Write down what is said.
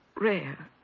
rare